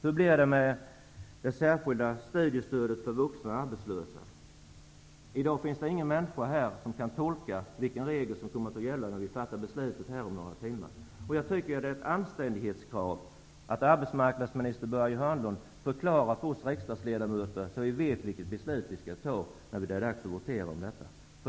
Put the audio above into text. Hur blir det med det särskilda studiestödet för vuxna arbetslösa? I dag finns det inte någon människa här som kan tolka vilken regel som kommer att gälla när vi fattar beslut här om några timmar. Jag tycker att det är ett anständighetskrav att arbetsmarknadsminister Börje Hörnlund förklarar detta för oss riksdagsledamöter, så att vi vet vilket beslut som vi skall fatta när det är dags att votera om detta.